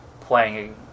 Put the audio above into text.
playing